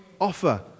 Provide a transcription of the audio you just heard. offer